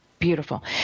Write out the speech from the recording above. beautiful